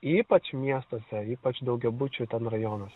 ypač miestuose ypač daugiabučių ten rajonuos